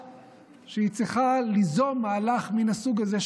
שהיא צריכה ליזום מהלך מן הסוג הזה,